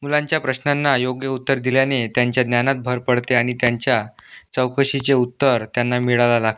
मुलांच्या प्रश्नांना योग्य उत्तर दिल्याने त्यांच्या ज्ञानात भर पडते आणि त्यांच्या चौकशीचे उत्तर त्यांना मिळाव्या लागतात